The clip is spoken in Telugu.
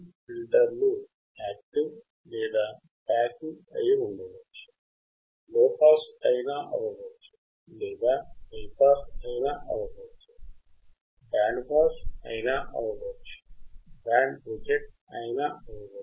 ఫిల్టర్లు యాక్టివ్ లేదా పాసివ్ అయి ఉండవచ్చు